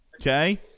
Okay